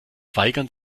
weigern